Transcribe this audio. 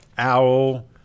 Owl